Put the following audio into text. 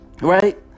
Right